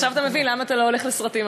עכשיו אתה מבין למה אתה לא הולך לסרטים.